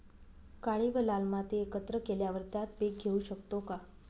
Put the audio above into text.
काळी व लाल माती एकत्र केल्यावर त्यात पीक घेऊ शकतो का?